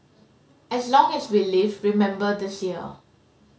as long as we live remember this year